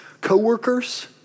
coworkers